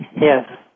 Yes